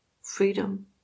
freedom